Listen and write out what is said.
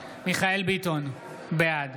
מיכאל מרדכי ביטון, בעד